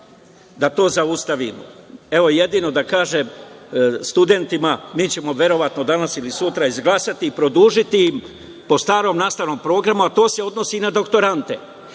da to zaustavimo. Jedino da kažem studentima mi ćemo verovatno danas ili sutra izglasati i produžiti im po starom nastavnom programu, a to se odnosi i na doktorante.